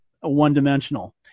one-dimensional